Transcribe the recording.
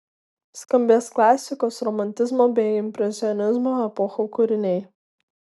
skambės klasikos romantizmo bei impresionizmo epochų kūriniai